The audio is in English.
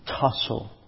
tussle